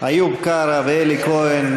איוב קרא ואלי כהן.